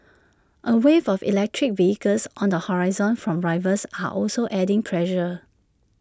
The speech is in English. A wave of electric vehicles on the horizon from rivals are also adding pressure